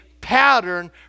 pattern